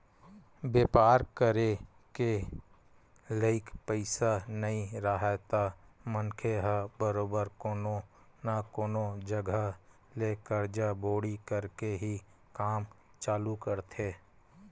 बेपार करे के लइक पइसा नइ राहय त मनखे ह बरोबर कोनो न कोनो जघा ले करजा बोड़ी करके ही काम चालू करथे